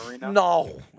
No